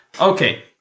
okay